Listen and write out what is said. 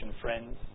friends